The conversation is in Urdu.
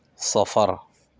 سفر